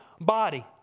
body